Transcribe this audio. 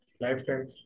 lifetime